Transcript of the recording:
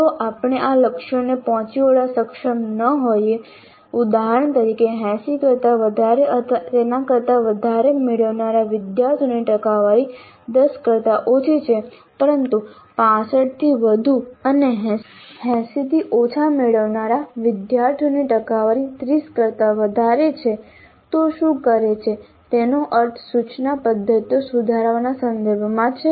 જો આપણે આ લક્ષ્યોને પહોંચી વળવા સક્ષમ ન હોઈએ ઉદાહરણ તરીકે 80 કરતા વધારે અથવા તેના કરતા વધારે મેળવનારા વિદ્યાર્થીઓની ટકાવારી 10 કરતા ઓછી છે પરંતુ 65 થી વધુ અને 80 થી ઓછા મેળવનારા વિદ્યાર્થીઓની ટકાવારી 30 કરતા વધારે છે તો શું કરે છે તેનો અર્થ સૂચના પદ્ધતિઓ સુધારવાના સંદર્ભમાં છે